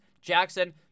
Jackson